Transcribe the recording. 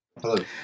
Hello